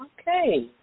Okay